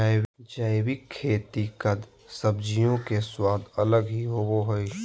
जैविक खेती कद सब्जियों के स्वाद अलग ही होबो हइ